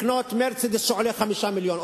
לקנות "מרצדס" שעולה 5 מיליונים,